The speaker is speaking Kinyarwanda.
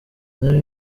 nari